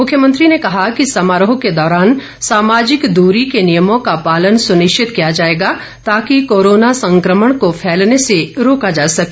मुख्यमंत्री ने कहा कि समारोह के दौरान सामाजिक दूरी के नियमों का पालन सुनिश्चित किया जाएगा ताकि कोरोना संक्रमण को फैलने से रोका जा सके